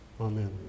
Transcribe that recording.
Amen